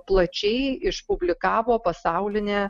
plačiai išpublikavo pasaulinė